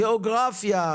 גיאוגרפיה,